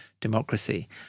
democracy